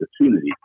opportunity